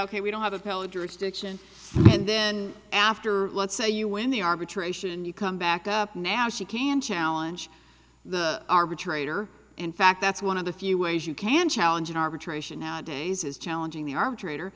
jurisdiction and then after let's say you win the arbitration you come back up now she can challenge the arbitrator in fact that's one of the few ways you can challenge an arbitration nowadays is challenging the arbitrator